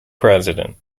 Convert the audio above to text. president